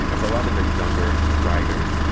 and for a lot of the younger riders,